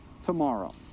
tomorrow